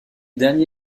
dernier